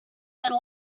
let